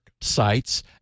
sites